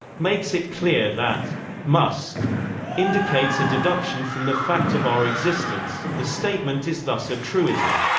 makes it clear that must indicates a deduction from the fact of our existence the statement is thus a truism.